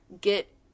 get